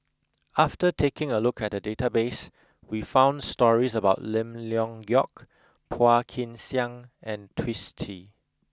after taking a look at the database we found stories about Lim Leong Geok Phua Kin Siang and Twisstii